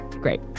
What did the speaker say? Great